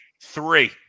three